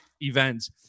events